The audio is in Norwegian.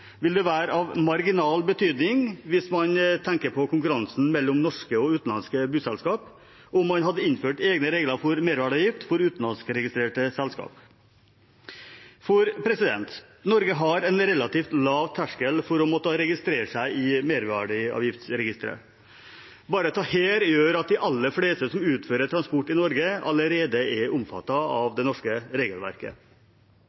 det være av marginal betydning, hvis man tenker på konkurransen mellom norske og utenlandske busselskaper, om man hadde innført egne regler for merverdiavgift for utenlandskregistrerte selskaper. Norge har en relativt lav terskel for at man må registrere seg i Merverdiavgiftsregisteret. Bare dette gjør at de aller fleste som utfører transport i Norge, allerede er omfattet av